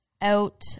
out